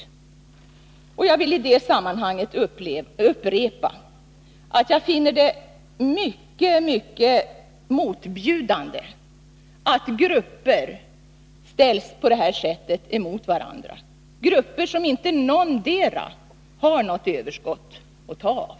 110 Jag vill i detta sammanhang upprepa att jag finner det mycket motbju dande att grupper på detta sätt ställs mot varandra, grupper som inte någondera har något överskott att ta av.